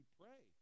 pray